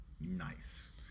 Nice